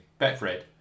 Betfred